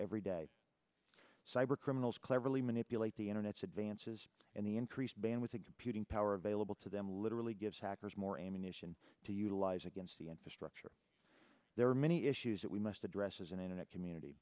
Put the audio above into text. every day cyber criminals cleverly manipulate the internet's advances and the increased ban with a computing power available to them literally gives hackers more ammunition to utilize against the infrastructure there are many issues that we must address as an internet community